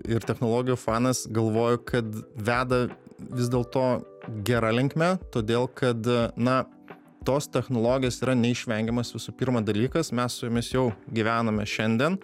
ir technologijų fanas galvoju kad veda vis dėlto gera linkme todėl kad na tos technologijos yra neišvengiamas visų pirma dalykas mes su jomis jau gyvename šiandien